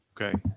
Okay